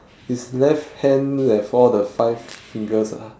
his left hand left all the five fingers ah